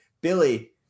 Billy